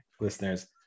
listeners